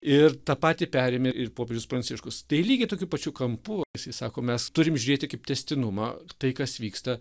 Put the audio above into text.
ir tą patį perėmė ir popiežius pranciškus tai lygiai tokiu pačiu kampu jisai sako mes turim žiūrėti kaip tęstinumą tai kas vyksta